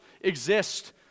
exist